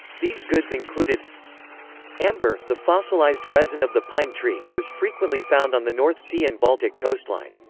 these goods included amber the fossilised resin of the pine tree was frequently found on the north sea and baltic coastline.